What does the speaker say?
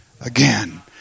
again